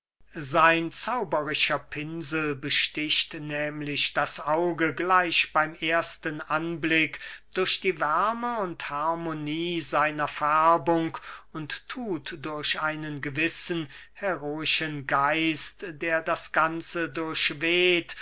sein zauberischer pinsel besticht nehmlich das auge gleich beym ersten anblick durch die wärme und harmonie seiner färbung und thut durch einen gewissen heroischen geist der das ganze durchweht